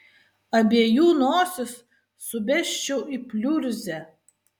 abiejų nosis subesčiau į pliurzę